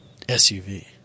SUV